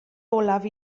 olaf